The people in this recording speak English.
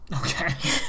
Okay